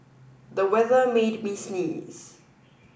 the weather made me sneeze